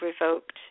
revoked